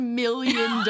million